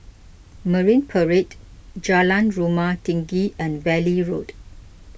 Marine Parade Jalan Rumah Tinggi and Valley Road